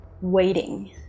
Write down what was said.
waiting